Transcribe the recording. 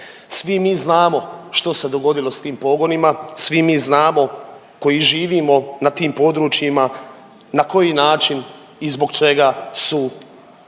Svi mi znamo što se dogodilo sa tim pogonima, svi mi znamo koji živimo na tim područjima na koji način i zbog čega su